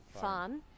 Fun